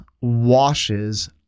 washes